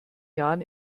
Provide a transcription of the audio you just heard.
jahren